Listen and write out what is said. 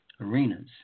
arenas